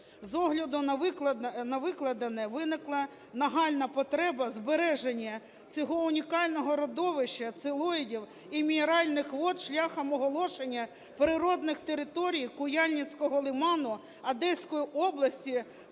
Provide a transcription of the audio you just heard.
З огляду на викладене виникла нагальна потреба збереження цього унікального родовища пелоїдів і мінеральних вод шляхом оголошення природних територій Куяльницького лиману Одеської області